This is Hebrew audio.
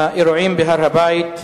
האירועים בהר-הבית,